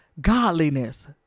godliness